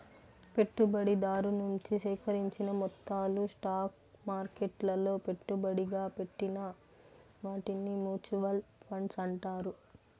పెట్టుబడిదారు నుంచి సేకరించిన మొత్తాలు స్టాక్ మార్కెట్లలో పెట్టుబడిగా పెట్టిన వాటిని మూచువాల్ ఫండ్స్ అంటారు